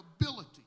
ability